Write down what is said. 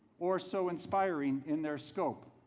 or so inspiring in their scope.